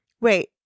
Wait